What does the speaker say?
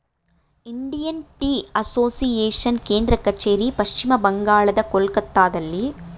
Indian Tea Association ಕೇಂದ್ರ ಕಚೇರಿ ಪಶ್ಚಿಮ ಬಂಗಾಳದ ಕೊಲ್ಕತ್ತಾದಲ್ಲಿ